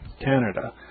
Canada